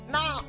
Now